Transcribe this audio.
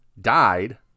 died